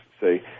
say